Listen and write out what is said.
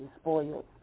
spoiled